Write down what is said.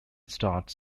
starts